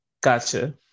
gotcha